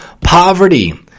poverty